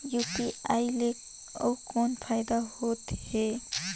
UPI ले अउ कौन फायदा होथ है?